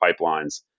pipelines